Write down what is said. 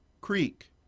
Creek